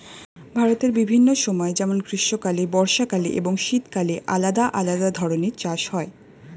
ভারতের বিভিন্ন সময় যেমন গ্রীষ্মকালে, বর্ষাকালে এবং শীতকালে আলাদা আলাদা ধরনের চাষ হয়